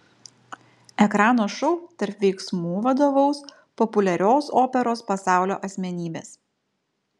ekrano šou tarp veiksmų vadovaus populiarios operos pasaulio asmenybės